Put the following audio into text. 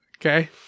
Okay